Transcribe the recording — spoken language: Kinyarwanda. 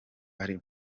ari